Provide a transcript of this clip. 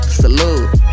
salute